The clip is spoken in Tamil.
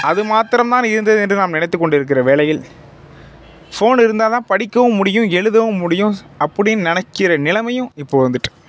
அது மாத்திரம் தான் இருந்தது என்று நாம் நினைத்துக் கொண்டிருக்கிற வேளையில் ஃபோன் இருந்தால்தான் படிக்கவும் முடியும் எழுதவும் முடியும் அப்படின்னு நினைக்கிற நிலைமையும் இப்போது வந்துட்டு